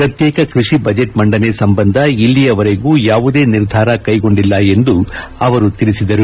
ಪ್ರತ್ಯೇಕ ಕೃಷಿ ಬಜೆಟ್ ಮಂಡನೆ ಸಂಬಂಧ ಇಲ್ಲಿಯವರೆಗೂ ಯಾವುದೇ ನಿರ್ಧಾರ ಕೈಗೊಂಡಿಲ್ಲ ಎಂದು ಅವರು ತಿಳಿಸಿದರು